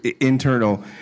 internal